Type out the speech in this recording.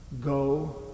Go